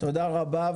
תודה רבה.